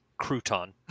crouton